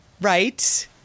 Right